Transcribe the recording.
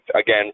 again